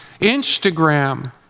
Instagram